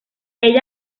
ella